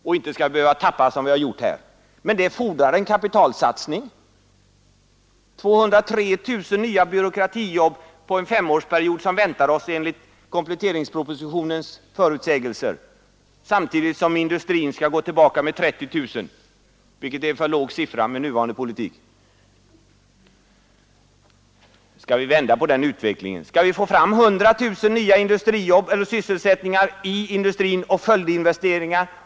Vi behöver inte tappa så mycket som vi har gjort hittills. Men enligt kompletteringspropositionens förutsägelser skall vi få 203 000 nya byråkratiska jobb under den femårsperiod som väntar oss, samtidigt som industrin kommer att gå tillbaka med 30 000 jobb. Den siffran tror jag dessutom är för låg med den politik som nu förs. Skall vi kunna vända på utvecklingen? Skall vi få fram 100 000 nya sysselsättningar i industrin och genom följdinvesteringar?